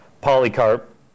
Polycarp